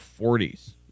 40s